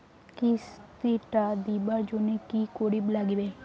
কিস্তি টা দিবার জন্যে কি করির লাগিবে?